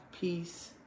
peace